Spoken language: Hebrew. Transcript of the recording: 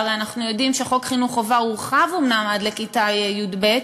שהרי אנחנו יודעים שחוק חינוך חובה הורחב אומנם עד לכיתה י"ב,